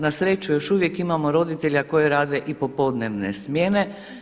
Na sreću još uvijek imamo roditelja koji rade i popodnevne smjene.